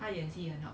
她演技很好